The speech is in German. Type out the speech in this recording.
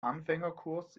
anfängerkurs